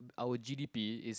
our G_D_P is